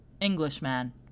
Englishman